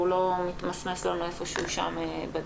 והוא לא מתמסמס לנו שם איפשהו שם בדרך.